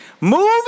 movie